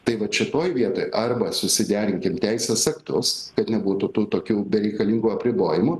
tai vat šitoj vietoj arba susiderinkim teisės aktus kad nebūtų tų tokių bereikalingų apribojimų